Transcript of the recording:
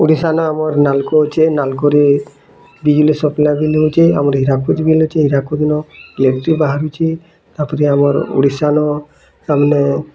ଓଡ଼ିଶା ନ ଆମର୍ ନାଲକୋ ଅଛେ ନାଲକୋ ରେ ବିଜିଲ୍ ସପ୍ଲାଏ ବୋଲେ ହଉଛେ ଆମର ହୀରାକୁଦ ବି ଅଛି ହୀରାକୁଦ ନ ଇଲେକ୍ଟ୍ରିକ୍ ବାହାରୁଛେ ତା'ପରେ ଆମର୍ ଓଡ଼ିଶା ନ ତା ମାନେ